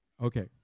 Okay